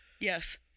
Yes